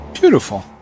beautiful